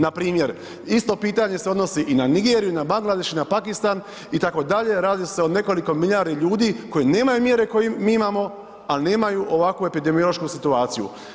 Npr. isto pitanje se odnosi i na Nigeriju i na Bangladeš i na Pakistan, itd., radi se o nekoliko milijardi ljudi koji nemaju mjere koje mi imamo, ali nemaju ovakvu epidemiološku situaciju.